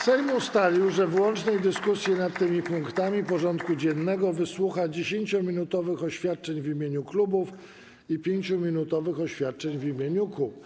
Sejm ustalił, że w łącznej dyskusji nad tymi punktami porządku dziennego wysłucha 10-minutowych oświadczeń w imieniu klubów i 5-minutowych oświadczeń w imieniu kół.